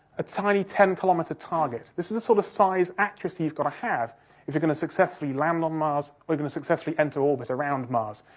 a tiny ten kilometre target. this is the sort of size accuracy you've got to have if you're going to successfully land on mars or you're going to successfully enter orbit around mars.